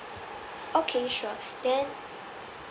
okay sure then